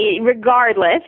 Regardless